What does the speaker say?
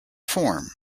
form